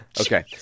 Okay